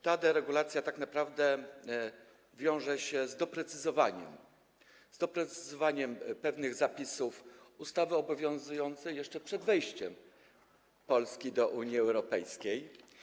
Ta deregulacja tak naprawdę wiąże się z doprecyzowaniem pewnych zapisów ustawy obowiązującej jeszcze przed wejściem Polski do Unii Europejskiej.